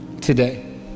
today